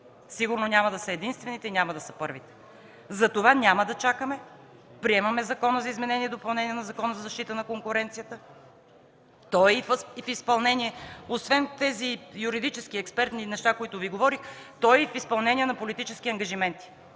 Сигурно няма да са единствените и няма да са първите. Затова няма да чакаме и приемаме Закона за изменение и допълнение на Закона за защита на конкуренцията. Той идва и в изпълнение, освен с тези юридически и експертни неща, които Ви говорих, на политически ангажименти